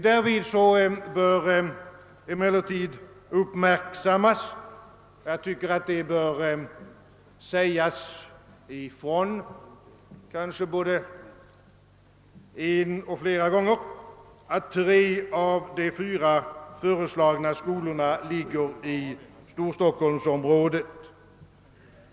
Därvid bör emellertid uppmärksammas, vilket förtjänar att påpekas kanske både en och flera gånger, att tre av de föreslagna fyra skolorna ligger i Storstockholmsområdet.